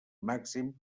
màxim